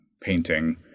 painting